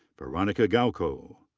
veronica gakuo.